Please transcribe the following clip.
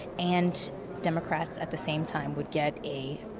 and democrats at the same time would get a